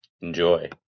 Enjoy